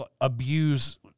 abuse